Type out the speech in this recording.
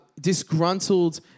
disgruntled